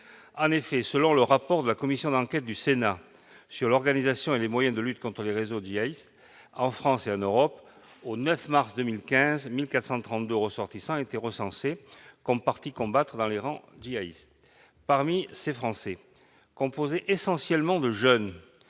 En effet, selon le rapport de la commission d'enquête du Sénat sur l'organisation et les moyens de la lutte contre les réseaux djihadistes en France et en Europe, au 9 mars 2015, 1 432 ressortissants étaient recensés comme partis combattre dans les rangs djihadistes. Parmi ces Français, essentiellement des jeunes,